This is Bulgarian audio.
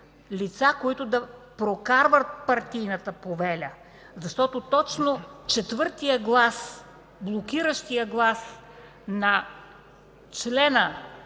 лица, които да прокарват партийната повеля, защото точно четвъртият глас, блокиращият глас на члена,